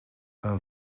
een